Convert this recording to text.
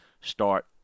start